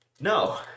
No